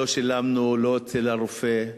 לא שילמנו לא אצל הרופא,